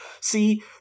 See